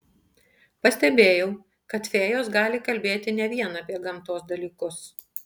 pastebėjau kad fėjos gali kalbėti ne vien apie gamtos dalykus